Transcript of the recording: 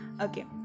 Okay